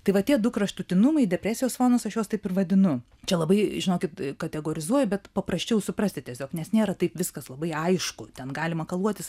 tai va tie du kraštutinumai depresijos fonas aš juos taip ir vadinu čia labai žinokit kategorizuoju bet paprasčiau suprasti tiesiog nes nėra taip viskas labai aišku ten gali makaluotis